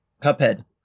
Cuphead